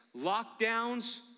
lockdowns